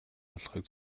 болгохыг